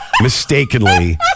mistakenly